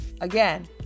Again